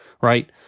right